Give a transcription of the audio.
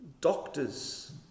doctors